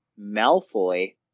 Malfoy